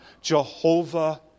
Jehovah